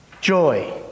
Joy